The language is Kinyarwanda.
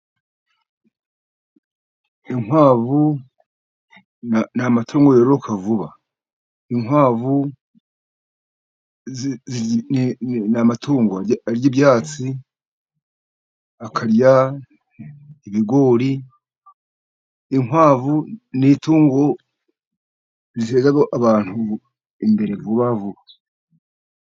Inkwavu ni amatungo yororoka vuba; inkwavu ni matungo arya ibyatsi, akarya ibigori, inkwavu ni itungo ziteza abantu imbere vuba vuba.